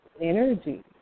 energy